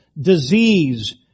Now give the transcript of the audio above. disease